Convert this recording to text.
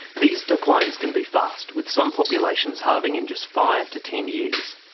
these declines can be fast, with some populations halving in just five to ten years.